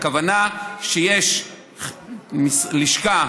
הכוונה היא שיש לשכה